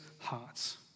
hearts